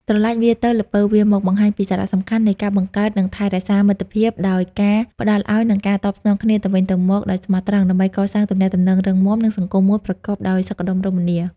ប្រឡាចវារទៅ ល្ពៅវារមក បង្ហាញពីសារៈសំខាន់នៃការបង្កើត និងថែរក្សាមិត្តភាពដោយការផ្តល់ឲ្យ និងការតបស្នងគ្នាទៅវិញទៅមកដោយស្មោះត្រង់ ដើម្បីកសាងទំនាក់ទំនងរឹងមាំ និងសង្គមមួយប្រកបដោយសុខដុមរមនា។